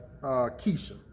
Keisha